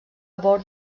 bord